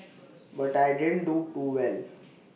but I didn't do too well